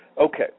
okay